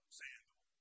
sandal